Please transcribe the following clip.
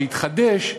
שהתחדש,